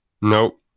Nope